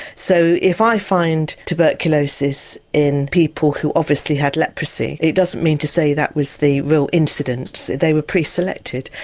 so if i find tuberculosis in people who obviously had leprosy it doesn't mean to say that that was the real incidence, they were pre-selected.